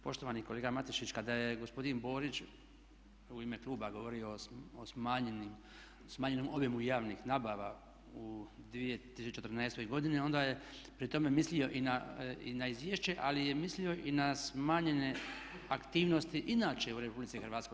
Poštovani kolega Matišić, kada je gospodin Borić u ime kluba govorio o smanjenom obimu javnih nabava u 2014. godini onda je pri tome mislio i na izvješće ali je mislio i na smanjenje aktivnosti inače u Republici Hrvatskoj.